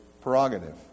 prerogative